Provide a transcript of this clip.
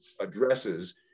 addresses